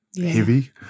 heavy